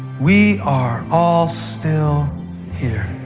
we are all still here.